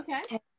Okay